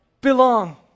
belong